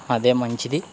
అదే మంచిది